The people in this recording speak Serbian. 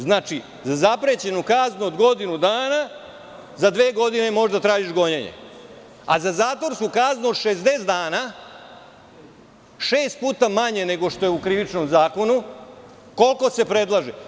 Znači za zaprećenu kaznu od godinu dana, za dve godine možeš da tražiš gonjenje, a za zatvorsku kaznu od 60 dana, šest puta manje nego što je u Krivičnom zakonu, koliko se predlaže?